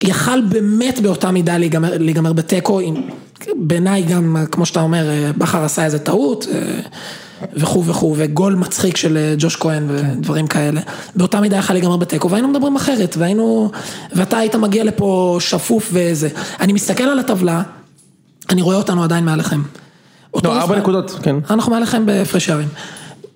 יכל באמת באותה מידה להיגמר בתיקו. בעיניי גם, כמו שאתה אומר, בכר עשה איזו טעות, וכו' וכו', וגול מצחיק של ג'וש כהן ודברים כאלה. באותה מידה יכל להיגמר בתיקו, והיינו מדברים אחרת, והיינו... ואתה היית מגיע לפה שפוף ואיזה. אני מסתכל על הטבלה, אני רואה אותנו עדיין מעליכם. לא, ארבע נקודות, כן. אנחנו מעליכם בהפרש שערים.